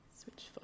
Switch